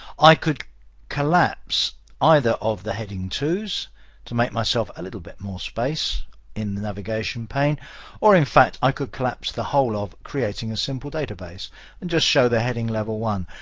i could collapse either of the heading two s to make myself a little bit more space in the navigation pane or in fact, i could collapse the whole of creating a simple database and just show the heading level one.